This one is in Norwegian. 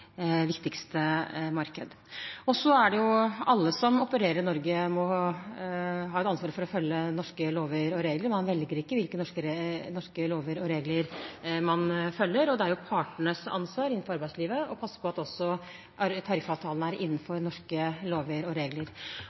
viktigste marked. Alle som opererer i Norge, har et ansvar for å følge norske lover og regler. Man velger ikke hvilke norske lover og regler man følger, og det er arbeidslivets parters ansvar å passe på at også tariffavtalene er innenfor norske lover og regler.